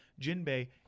jinbei